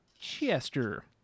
Chester